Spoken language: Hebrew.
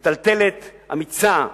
מטלטלת, אמיצה.